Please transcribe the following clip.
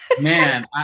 Man